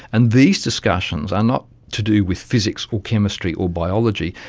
and these discussions are not to do with physics or chemistry or biology,